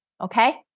Okay